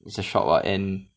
it's a shop [what] and